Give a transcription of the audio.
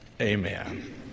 amen